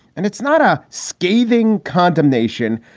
and it's not a scathing condemnation.